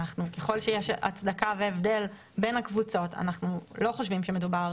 ככל שיש הצדקה והבדל בין הקבוצות אנחנו לא חושבים שמדובר